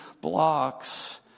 blocks